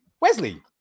Wesley